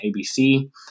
ABC